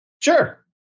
Sure